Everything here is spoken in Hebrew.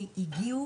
סיון, הגיעו